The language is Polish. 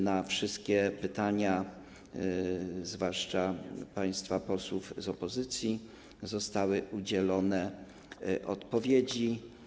Na wszystkie pytania, zwłaszcza państwa posłów z opozycji, zostały udzielone odpowiedzi.